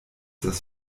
das